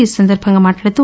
ఈ సందర్భంగా మాట్లాడుతూ